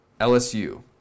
LSU